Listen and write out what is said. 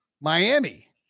Miami